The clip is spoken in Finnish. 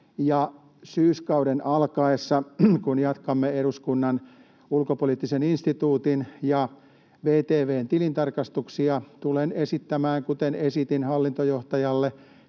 Syyskauden alkaessa, kun jatkamme eduskunnan Ulkopoliittisen instituutin ja VTV:n tilintarkastuksia, tulen esittämään erityistilintarkastusta,